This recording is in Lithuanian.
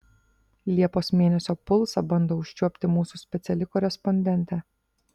liepos mėnesio pulsą bando užčiuopti mūsų speciali korespondentė